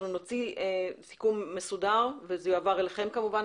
נוציא סיכום מסודר וזה יועבר אליכם כמובן,